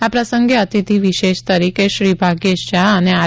આ પ્રસંગે અતિતિ વિશેષ તરીકે શ્રી ભાગ્યેશ જહા અને આર